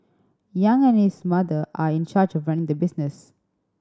Yang and his mother are in charge of running the business